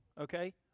okay